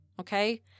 Okay